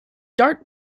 dart